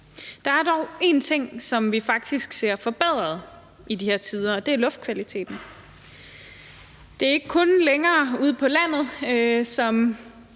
Der er dog én ting, som vi faktisk ser forbedret i de her tider, og det er luftkvaliteten. Det er ikke længere kun ude på landet, som